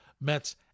Mets